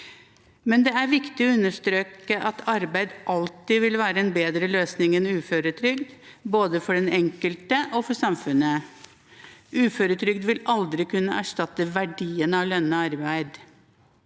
imidlertid viktig å understreke at arbeid alltid vil være en bedre løsning enn uføretrygd, både for den enkelte og for samfunnet. Uføretrygd vil aldri kunne erstatte verdien av lønnet arbeid.